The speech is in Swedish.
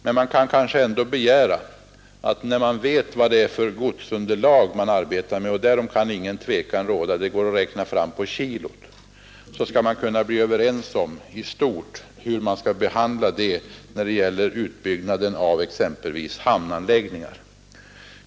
Men man kan kanske ändå begära att när vi vet vad det är fråga om för godsunderlag — och därom kan ingen tvekan råda, det går att räkna fram på kilot — så skall vi kunna bli överens i stort när det gäller exempelvis utbyggnaden av hamnanläggningar.